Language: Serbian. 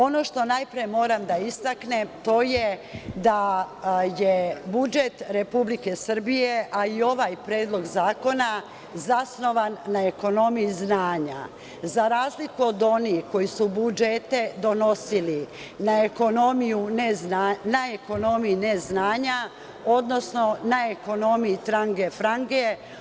Ono što najpre moram da istaknem, to je da je budžet Republike Srbije, a i ovaj predlog zakona zasnovan ne ekonomiji znanja, za razliku od onih koji su budžete donosili na ekonomiju neznanja, odnosno, na ekonomiji trange, frange.